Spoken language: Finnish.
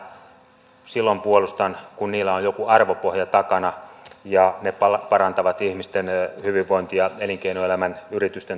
silloin puolustan kun niillä on joku arvopohja takana ja ne parantavat ihmisten hyvinvointia elinkeinoelämän yritysten toimintaedellytyksiä